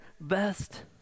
best